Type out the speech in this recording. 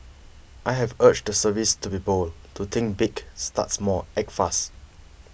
I have urged the service to be bold to think big start small act fast